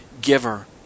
giver